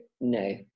no